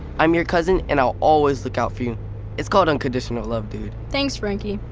i'm your cousin and i'll always look out for you. it's called unconditional love, dude. thanks, frankie.